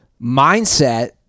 mindset